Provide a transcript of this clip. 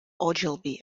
ogilvy